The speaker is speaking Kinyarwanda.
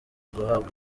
guhabwa